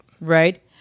Right